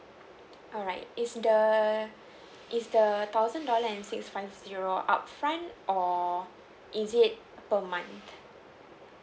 alright is the is the thousand dollar and six five zero upfront or is it per month